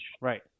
right